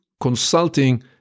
consulting